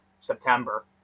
September